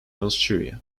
austria